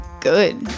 good